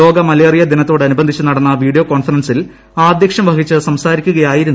ലോക മലേറിയ ദിനത്തോടനുബന്ധിച്ച് നടന്ന വീഡിയോ കോൺഫറൻസിൽ അധ്യക്ഷം വഹിച്ച് സംസാരിക്കുകയായിരുന്നു ഡോ